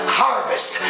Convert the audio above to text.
harvest